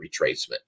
retracement